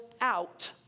out